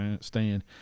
stand